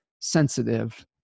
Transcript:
sensitive